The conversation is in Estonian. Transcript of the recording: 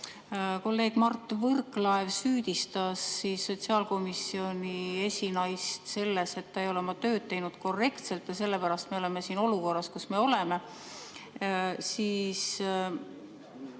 kolleeg Mart Võrklaev süüdistas sotsiaalkomisjoni esinaist selles, et ta ei ole oma tööd teinud korrektselt ja sellepärast me olemegi olukorras, kus me oleme. Äkki